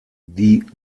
die